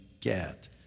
get